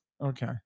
Okay